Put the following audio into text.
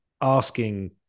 asking